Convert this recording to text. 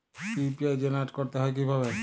UPI generate করতে হয় কিভাবে?